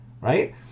Right